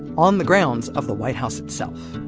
on the grounds of the white house itself!